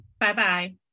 Bye-bye